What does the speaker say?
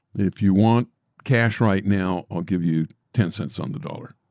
if you want cash right now, i'll give you ten cents on the dollar.